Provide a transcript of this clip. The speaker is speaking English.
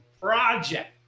project